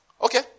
Okay